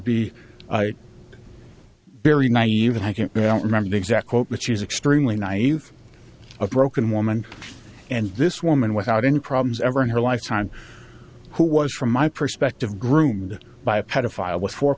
be very naive and i can't remember the exact quote but she's externally naive a broken woman and this woman without any problems ever in her lifetime who was from my perspective groomed by a pedophile